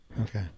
Okay